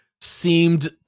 seemed